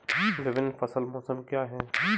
विभिन्न फसल मौसम क्या हैं?